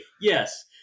Yes